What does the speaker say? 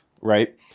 right